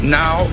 now